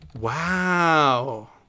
Wow